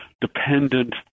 dependent